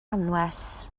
anwes